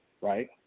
right